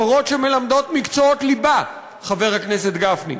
מורות שמלמדות מקצועות ליבה, חבר הכנסת גפני,